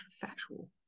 factual